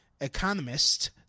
economist